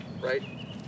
right